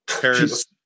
Paris